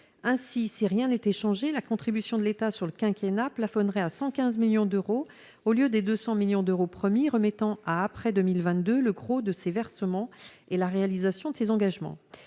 ainsi si rien n'était changé la contribution de l'État sur le quinquennat plafonnerait à 115 millions d'euros au lieu des 200 millions d'euros promis remettant à après 2022 le gros de ces versements et la réalisation de ses engagements,